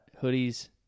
hoodies